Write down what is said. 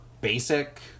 basic